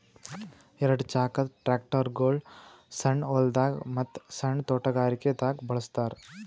ಎರಡ ಚಾಕದ್ ಟ್ರ್ಯಾಕ್ಟರ್ಗೊಳ್ ಸಣ್ಣ್ ಹೊಲ್ದಾಗ ಮತ್ತ್ ಸಣ್ಣ್ ತೊಟಗಾರಿಕೆ ದಾಗ್ ಬಳಸ್ತಾರ್